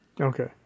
Okay